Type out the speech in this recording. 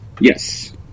Yes